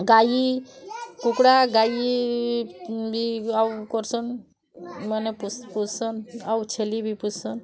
ଗାଈ କୁକୁଡ଼ା ଗାଈ ବି ଆଉ କର୍ସନ୍ ମାନେ ପୋଷ୍ସନ୍ ଆଉ ଛେଲି ବି ପୋଷ୍ସନ୍